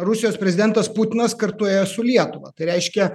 rusijos prezidentas putinas kartu ėjo su lietuva reiškia